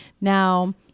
Now